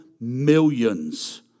millions